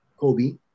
Kobe